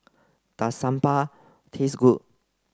does Sambar taste good